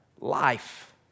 life